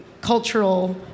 cultural